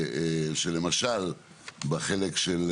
שלמשל בחלק של